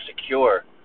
secure